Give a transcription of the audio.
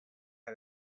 had